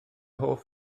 hoff